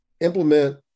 implement